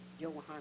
Johann